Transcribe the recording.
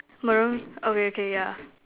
maroon okay K ya